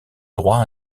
droit